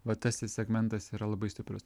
va tas segmentas yra labai stiprus